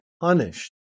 punished